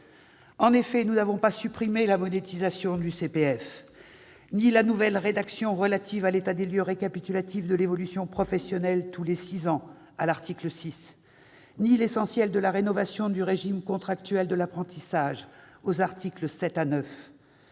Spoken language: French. En effet, nous n'avons pas supprimé la monétisation du CPF, ni la nouvelle rédaction relative à l'état des lieux récapitulatif de l'évolution professionnelle tous les six ans à l'article 6, ni l'essentiel de la rénovation du régime contractuel de l'apprentissage aux articles 7 à 9,